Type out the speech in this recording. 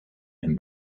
and